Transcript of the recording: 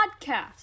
Podcast